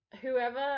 whoever